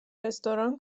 رستوران